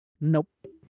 Nope